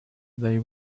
they